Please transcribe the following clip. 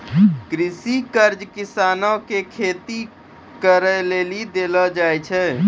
कृषि कर्ज किसानो के खेती करे लेली देलो जाय छै